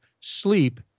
sleep